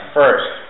first